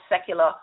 secular